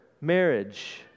marriage